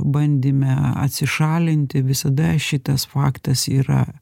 bandyme atsišalinti visada šitas faktas yra